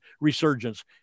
resurgence